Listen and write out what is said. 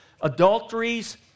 adulteries